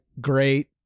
great